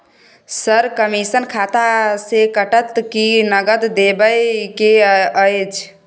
Sir, commission खाता से कटत कि नगद देबै के अएछ?